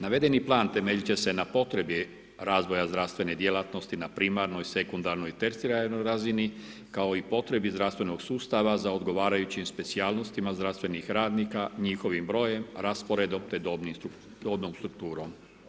Navedeni plan temeljiti će se na potrebi razvoja zdravstvene djelatnosti na primarnoj, sekundarnoj, tercijarnoj razini kao i potrebi zdravstvenog sustava za odgovarajućim specijalnostima zdravstvenim radnika, njihovim brojem, rasporedom te dobnom strukturom.